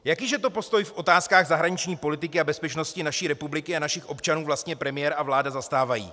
Jaký že to postoj v otázkách zahraniční politiky a bezpečnosti naší republiky a našich občanů vlastně premiér a vláda zastávají?